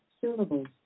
syllables